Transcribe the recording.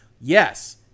Yes